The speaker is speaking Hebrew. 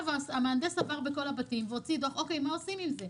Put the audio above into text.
המהנדס עבר בכל הבתים והוציא דוח, מה עושים עם זה?